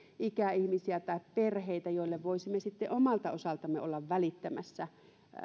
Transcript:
ikäihmisiä tai perheitä joille voisimme omalta osaltamme olla välittämässä